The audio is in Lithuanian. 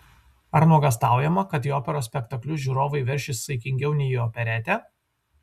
ar nuogąstaujama kad į operos spektaklius žiūrovai veršis saikingiau nei į operetę